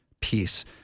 peace